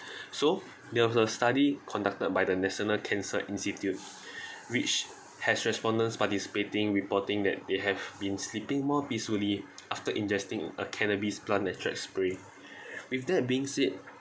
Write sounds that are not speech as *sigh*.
*breath* so there was a study conducted by the national cancer institute *breath* which has respondents participating reporting that they have been sleeping more peacefully after ingesting a cannabis plant extract spray *breath* with that being said